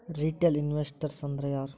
Retail investors ಅಂದ್ರಾ ಯಾರು?